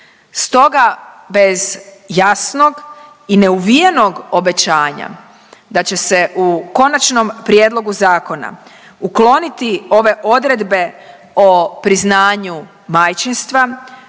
Stoga, bez jasnog i neuvijenog obećanja da će se u konačnom prijedlogu zakona ukloniti ove odredbe o priznanju majčinstva,